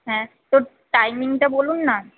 হ্যাঁ তো টাইমিংটা বলুন না